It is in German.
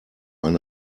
eine